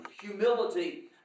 humility